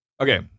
Okay